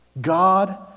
God